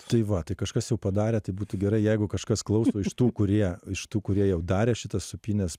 tai va tai kažkas jau padarė tai būtų gerai jeigu kažkas klauso iš tų kurie iš tų kurie jau darė šitas sūpynes